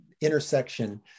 intersection